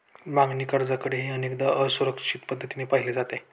मागणी कर्जाकडेही अनेकदा असुरक्षित पद्धतीने पाहिले जाते